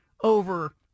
over